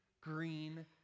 green